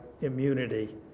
immunity